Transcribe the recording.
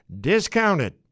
discounted